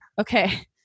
okay